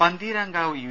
Pantheerankavu U